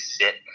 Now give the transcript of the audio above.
sit